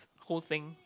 whole thing